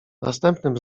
następnym